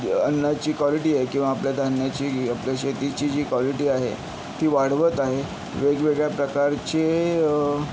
अन्नाची क्वॉलिटी आहे किंवा आपल्या धान्याची आपल्या शेतीची जी क्वालिटी आहे ती वाढवत आहे वेगवेगळ्या प्रकारचे